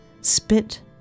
Spit